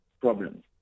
problems